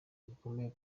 bukomeye